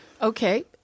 Okay